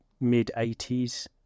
mid-80s